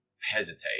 hesitate